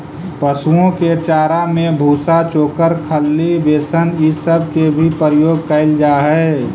पशुओं के चारा में भूसा, चोकर, खली, बेसन ई सब के भी प्रयोग कयल जा हई